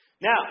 Now